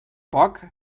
poc